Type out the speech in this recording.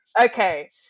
Okay